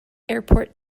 airport